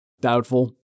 Doubtful